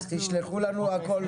אז תשלחו לנו הכול.